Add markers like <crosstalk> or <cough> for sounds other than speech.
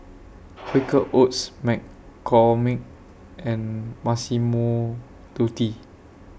<noise> Quaker Oats McCormick and Massimo Dutti